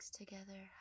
together